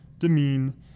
demean